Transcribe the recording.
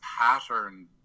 pattern